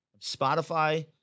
Spotify